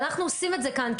אנחנו עושים את זה כאן,